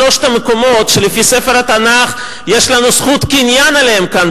משלושת המקומות שלפי ספר התנ"ך יש לנו זכות קניין עליהם כאן,